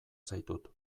zaitut